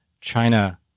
China